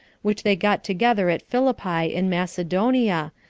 which they got together at philippi in macedonia,